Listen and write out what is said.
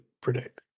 predict